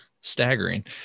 staggering